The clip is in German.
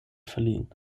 verliehen